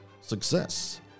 Success